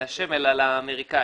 לשם אלא לאמריקאים.